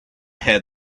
had